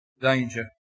danger